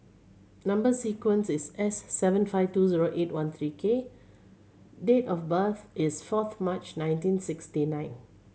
number sequence is S seven five two zero eight one three K date of birth is fourth March nineteen sixty nine